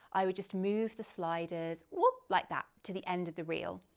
i would just move the sliders whoop, like that to the end of the reel.